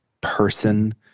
person